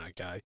okay